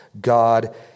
God